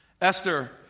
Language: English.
Esther